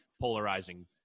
polarizing